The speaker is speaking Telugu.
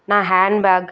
నా హ్యాండ్బ్యాగ్